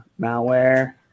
malware